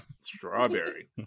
Strawberry